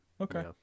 okay